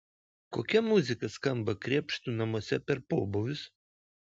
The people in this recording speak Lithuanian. kokia muzika skamba krėpštų namuose per pobūvius